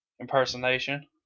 impersonation